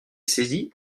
saisi